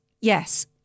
yes